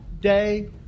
day